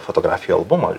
fotografijų albumą